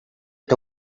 que